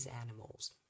animals